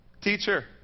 teacher